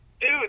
Dude